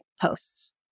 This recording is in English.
posts